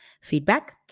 feedback